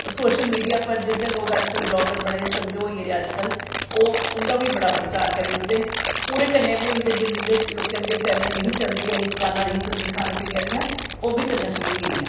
social media उप्पर जेह्ड़े लोग ब्लॉगर बने दे ओह् होई गेदे अज्जकल ओह् उंदा बी बड़ा प्रचार करी ओड़दे ते ओह्दे कन्नै बी बेचारे जिंदे लोकें कन्नै नेईं चलदी ऐही दुकानां नेईं ही चलदियां खानै पीने आह्लियां ओह्बी चलना शुरू होई गेदियां